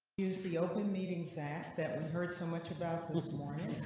is the open meeting fact that we heard so much about this morning?